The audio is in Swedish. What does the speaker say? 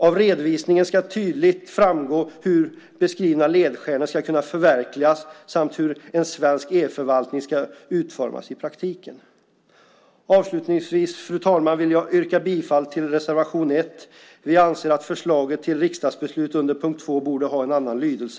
Av redovisningen ska tydligt framgå hur beskrivna ledstjärnor ska kunna förverkligas samt hur en svensk e-förvaltning ska utformas i praktiken. Avslutningsvis, fru talman, vill jag yrka bifall till reservation 1. Vi anser att förslaget till riksdagsbeslut under punkt 2 borde ha en annan lydelse.